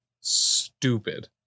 stupid